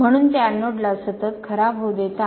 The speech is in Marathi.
म्हणून ते एनोडला सतत खराब होऊ देतात